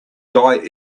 die